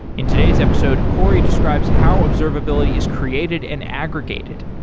in today's episode, cory describes how observability is created and aggregated.